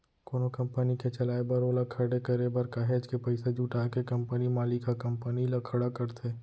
कोनो कंपनी के चलाए बर ओला खड़े करे बर काहेच के पइसा जुटा के कंपनी मालिक ह कंपनी ल खड़ा करथे